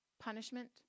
punishment